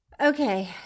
Okay